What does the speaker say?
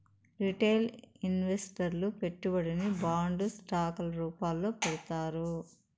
retail ఇన్వెస్టర్లు పెట్టుబడిని బాండ్లు స్టాక్ ల రూపాల్లో పెడతారు